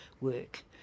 work